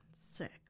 Sick